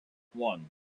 one